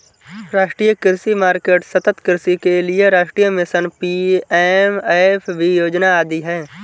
राष्ट्रीय कृषि मार्केट, सतत् कृषि के लिए राष्ट्रीय मिशन, पी.एम.एफ.बी योजना आदि है